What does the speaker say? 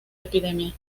epidemia